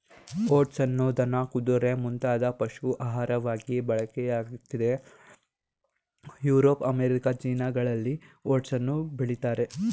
ಓಟ್ಸನ್ನು ದನ ಕುದುರೆ ಮುಂತಾದ ಪಶು ಆಹಾರವಾಗಿ ಬಳಕೆಯಾಗ್ತಿದೆ ಯುರೋಪ್ ಅಮೇರಿಕ ಚೀನಾಗಳಲ್ಲಿ ಓಟ್ಸನ್ನು ಬೆಳಿತಾರೆ